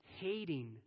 hating